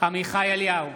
עמיחי אליהו,